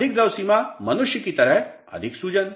अधिक द्रव सीमा मनुष्य की तरह अधिक सूजन